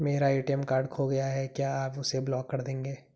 मेरा ATM card खो गया है क्या आप उसे ब्लॉक कर देंगे?